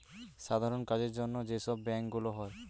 সাধারণ কাজের জন্য যে সব ব্যাংক গুলো হয়